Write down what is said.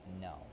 no